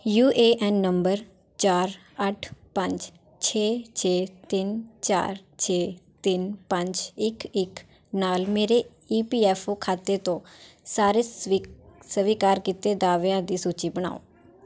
you A N number ਚਾਰ ਅੱਠ ਪੰਜ ਛੇ ਛੇ ਤਿੰਨ ਚਾਰ ਛੇ ਤਿੰਨ ਪੰਜ ਇੱਕ ਇੱਕ ਨਾਲ ਮੇਰੇ ਈ ਪੀ ਐੱਫ਼ ਓ ਖਾਤੇ ਤੋਂ ਸਾਰੇ ਸਵੀ ਸਵੀਕਾਰ ਕੀਤੇ ਦਾਅਵਿਆਂ ਦੀ ਸੂਚੀ ਬਣਾਓ